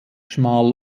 schmal